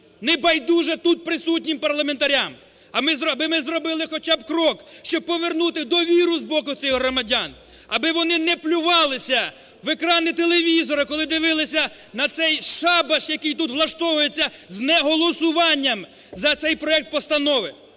небайдуже тут присутнім парламентарям. Аби ми зробили хоча б крок, щоб повернути довіру з боку цих громадян, аби вони не плювалися в екрани телевізора, коли дивилися на цей шабаш, який тут влаштовується з неголосуванням за цей проект постанови.